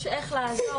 יש איך לעזור,